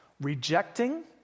rejecting